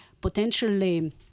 potentially